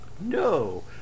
no